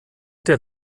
der